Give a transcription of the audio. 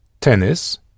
Tennis